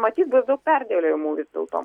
matyt bus daug perdėliojimų vis dėlto